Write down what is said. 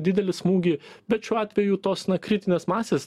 didelį smūgį bet šiuo atveju tos kritinės masės